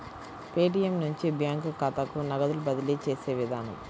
Paytm నుంచి bank ఖాతాకు నగదు బదిలీ చేసే విధానం